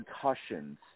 concussions